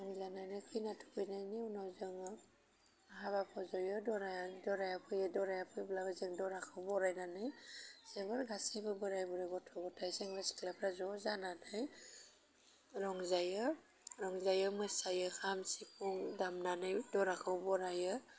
रंजानायनै खैना थुखैनायनि उनाव जोङो हाबाखौ ज'यो दराया दराया फैयो दराया फैब्ला जों दराखौ बरायनानै जोबोर गासिबो बोराय बुरै गथ' गथाय सेंग्रा सिख्लाफ्रा ज' जानानै रंजायो रंजायो मोसायो खाम सिफुं दामनानै दराखौ बरायो